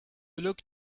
look